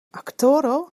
aktoro